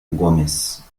gómez